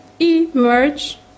emerge